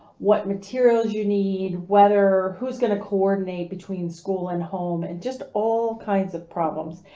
what materials you need, whether who's going to coordinate between school and home and just all kinds of problems.